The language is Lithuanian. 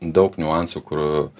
daug niuansų kur